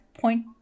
point